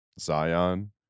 zion